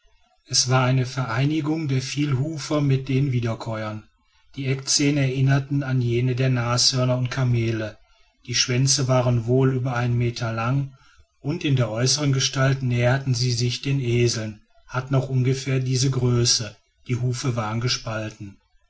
es war eine vereinigung der vielhufer mit den wiederkäuern die eckzähne erinnerten an jene der nashörner und kamele die schwänze waren wohl über einen meter lang und in der äußeren gestalt näherten sie sich den eseln hatten auch ungefähr diese größe die hufe waren gespalten